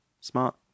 smart